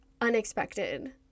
unexpected